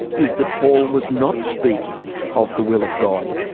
is that paul was not speaking of the will of god,